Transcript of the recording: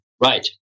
Right